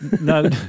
No